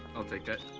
i'll take that.